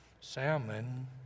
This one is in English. Salmon